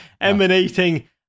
emanating